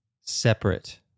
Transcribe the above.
separate